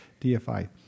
DFI